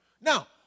Now